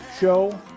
show